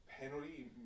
penalty